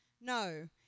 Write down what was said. no